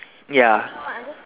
ya